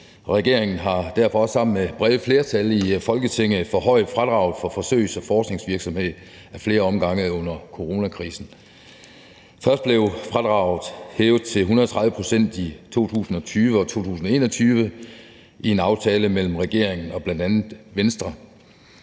Regeringen har derfor også sammen med brede flertal i Folketinget forhøjet fradraget for forsøgs- og forskningsvirksomhed ad flere omgange under coronakrisen. Først blev fradraget hævet til 130 pct. i 2020 og 2021 i en aftale mellem regeringen og bl.a. Venstre.